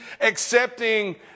accepting